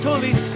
Holy